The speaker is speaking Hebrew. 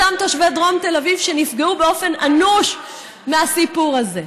אותם תושבי דרום תל אביב שנפגעו באופן אנוש מהסיפור הזה.